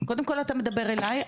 קודם כל אתה מדבר אליי,